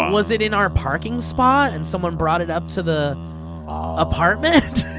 was it in our parking spot and someone brought it up to the apartment?